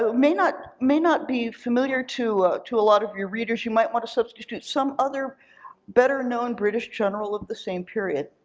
so may not may not be familiar to to a lot of your readers. you might want to substitute some other better known british general of the same period.